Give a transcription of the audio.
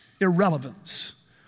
irrelevance